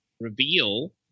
reveal